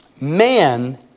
Man